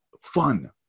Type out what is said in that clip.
fun